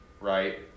right